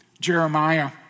Jeremiah